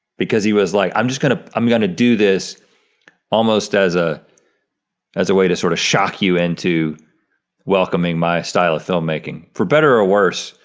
because he was like, i'm just gonna, i'm gonna do this almost as ah as a way to sort of shock you into welcoming my style of filmmaking. for better or worse.